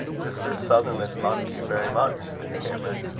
mr. sutherland loved you very much, miss cameron.